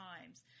times